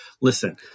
listen